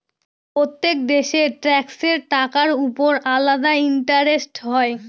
প্রত্যেক দেশের ট্যাক্সের টাকার উপর আলাদা ইন্টারেস্ট হয়